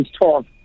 talk